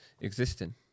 existing